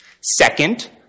Second